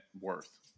worth